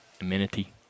Amenity